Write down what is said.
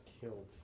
killed